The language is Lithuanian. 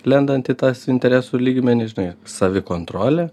lendant į tas interesų lygmenį žinai savikontrolė